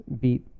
beat